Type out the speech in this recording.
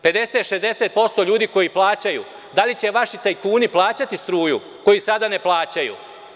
Pedeset, šesdest ljudi koji plaćaju, da li će vaši tajkuni plaćati struju, koji sada ne plaćaju?